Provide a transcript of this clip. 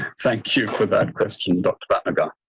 thank you for that question, doctor. and